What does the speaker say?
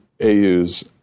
AU's